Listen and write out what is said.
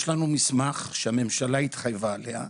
יש לנו מסמך שהממשלה התחייבה עליו.